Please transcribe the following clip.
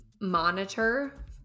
monitor